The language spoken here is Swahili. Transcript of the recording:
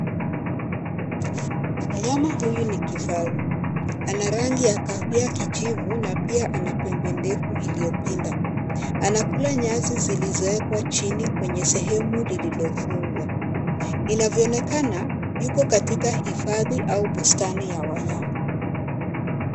Mnyama huyu ni kifaru. Ana rangi ya kahawia kijivu na pia ana pembe ndefu iliyopinda. Anakula nyasi zilizowekwa chini kwenye sehemu lililofungwa. Inavyoonekana yuko katika hifadhi au bustani ya wanyama.